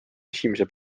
esimese